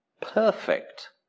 perfect